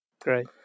Great